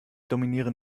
dominieren